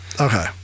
okay